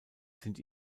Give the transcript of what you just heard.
sind